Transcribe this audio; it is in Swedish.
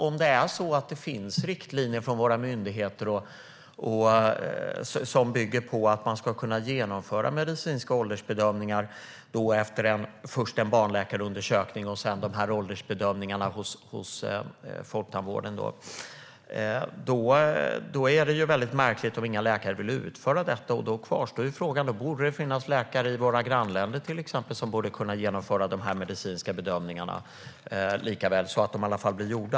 Om det finns riktlinjer från våra myndigheter som bygger på att man ska kunna genomföra medicinska åldersbedömningar efter först en barnläkarundersökning och sedan en åldersbedömning hos folktandvården är det mycket märkligt om inga läkare vill utföra detta. Då finns det läkare i till exempel våra grannländer som borde kunna genomföra de här medicinska bedömningarna lika väl så att de i alla fall blir gjorda.